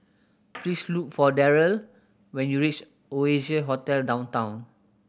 please look for Darryle when you reach Oasia Hotel Downtown